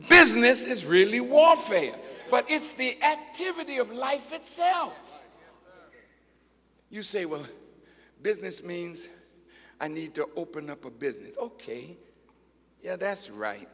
business is really warfare but it's the activity of life itself you say well business means i need to open up a business ok yeah that's right